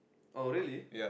oh really